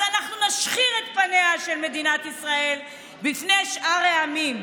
אז אנחנו נשחיר את פניה של מדינת ישראל בפני שאר העמים.